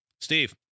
Steve